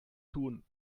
tun